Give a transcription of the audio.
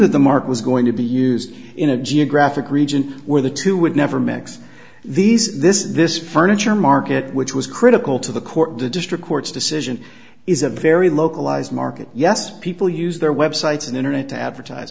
that the market was going to be used in a geographic region where the two would never mix these this this furniture market which was critical to the court the district court's decision is a very localized market yes people use their websites and internet to advertise